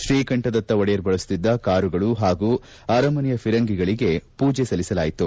ತ್ರೀಕಂಠದತ್ತ ಒಡೆಯರ್ ಬಳಸುತ್ತಿದ್ದ ಕಾರುಗಳು ಹಾಗೂ ಅರಮನೆಯ ಫಿರಂಗಿಗೂ ಪೂಜಿ ಸಲ್ಲಿಸಲಾಯಿತು